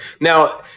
Now